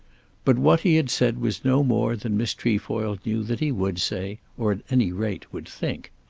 but what he had said was no more than miss trefoil knew that he would say or, at any rate would think.